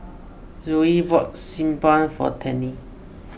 Zoe bought Xi Ban for Tennie